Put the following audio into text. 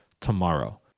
tomorrow